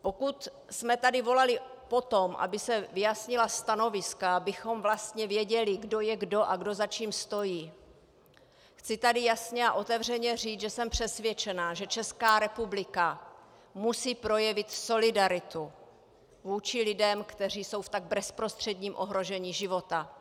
Pokud jsme tady volali po tom, aby se vyjasnila stanoviska, abychom vlastně věděli, kdo je kdo a kdo za čím stojí, chci tady jasně a otevřeně říct, že jsem přesvědčená, že Česká republika musí projevit solidaritu vůči lidem, kteří jsou v tak bezprostředním ohrožení života.